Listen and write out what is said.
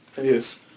Yes